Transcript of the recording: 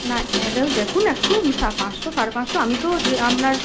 না এবার দেখুন একটু পাঁচশো সাড়ে পাঁচশো আমি তো যে আপনার